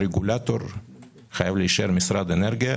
הרגולטור חייב להישאר משרד האנרגיה,